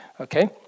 okay